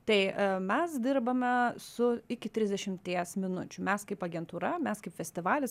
tai mes dirbame su iki trisdešimties minučių mes kaip agentūra mes kaip festivalis